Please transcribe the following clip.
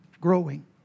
growing